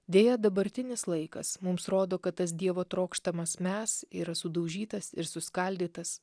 deja dabartinis laikas mums rodo kad tas dievo trokštamas mes yra sudaužytas ir suskaldytas